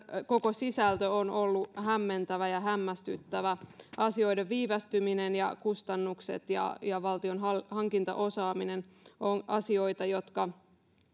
koko sisältö on ollut hämmentävä ja hämmästyttävä asioiden viivästyminen ja kustannukset ja ja valtion hankintaosaaminen ovat asioita jotka